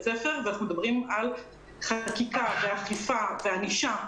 ספר ואנחנו מדברים על חקיקה ואכיפה וענישה.